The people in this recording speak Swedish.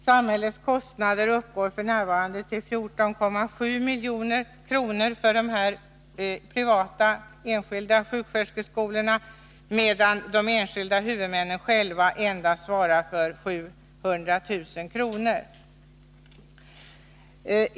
Samhällets kostnader uppgår f.n. till 14,7 milj.kr. för de privata sjuksköterskeskolorna, medan de enskilda huvudmännen själva svarar för endast 0,7 milj.kr. för dessa utbildningar.